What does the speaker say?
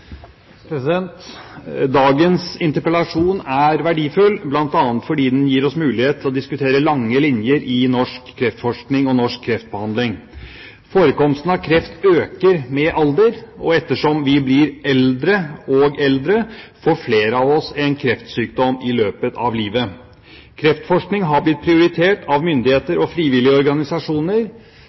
verdifull bl.a. fordi den gir oss mulighet til å diskutere lange linjer i norsk kreftforskning og norsk kreftbehandling. Forekomsten av kreft øker med alder, og ettersom vi blir eldre og eldre, får flere av oss en kreftsykdom i løpet av livet. Kreftforskning har blitt prioritert av myndigheter og frivillige organisasjoner.